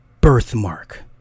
birthmark